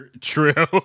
True